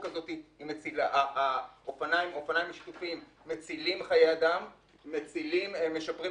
בשבילי האופניים שטרם נקבע על ידי משרד